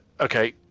okay